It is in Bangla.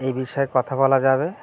এই বিষয়ে কথা বলা যাবে